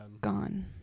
Gone